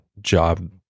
job